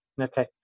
Okay